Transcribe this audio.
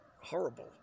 horrible